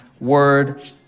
word